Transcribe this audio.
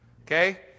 Okay